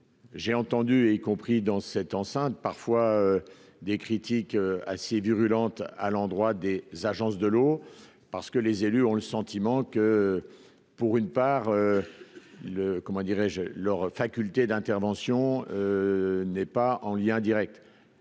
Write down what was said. J'ai entendu et compris dans cette enceinte, parfois, des critiques assez virulentes à l'endroit des agences de l'eau, parce que les élus ont le sentiment que pour une part le, comment dirais-je, leur faculté d'intervention n'est pas en lien Direct,